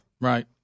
Right